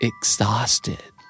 Exhausted